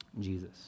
Jesus